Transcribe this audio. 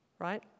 right